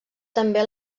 també